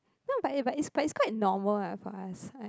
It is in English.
no but but it but it but it's quite normal ah for us I